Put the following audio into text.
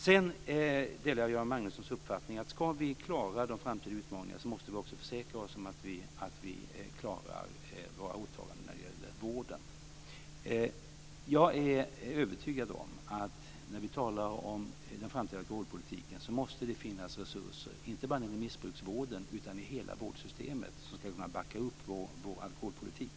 Sedan delar jag Göran Magnussons uppfattning att om vi ska klara de framtida utmaningarna, måste vi också försäkra oss om att vi klarar våra åtaganden när det gäller vården. Jag är övertygad om att det måste finnas resurser, inte bara i missbruksvården utan i hela vårdsystemet, som ska kunna backa upp vår framtida alkoholpolitik.